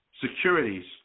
securities